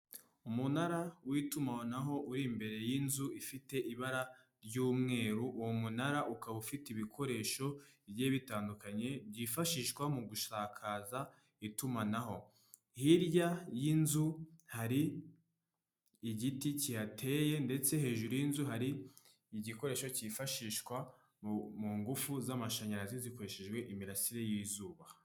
Umunara w'itumanaho uri imbere y'inzu ifite ibara ry'umweru, uwo munara ukaba ufite ibikoresho bigiye bitandukanye byifashishwa mu gusakaza itumanaho, hirya y'inzu hari igiti kihateye ndetse hejuru y'inzu hari igikoresho cyifashishwa mu ngufu z'amashanyarazi zikoreshejwe imirasire y'izuba'